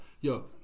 Yo